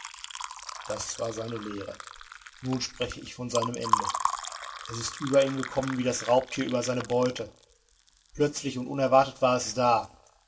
das war seine lehre nun spreche ich von seinem ende es ist über ihn gekommen wie das raubtier über seine beute plötzlich und unerwartet war es da